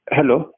Hello